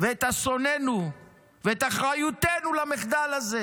ואת אסוננו ואת אחריותנו למחדל הזה.